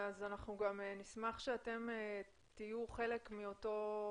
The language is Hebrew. נשמח שתהיו חלק מאותו